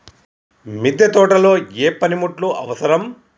మిద్దె తోటలో ఏ పనిముట్లు అవసరం?